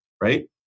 Right